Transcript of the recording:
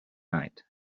night